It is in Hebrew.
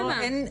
למה?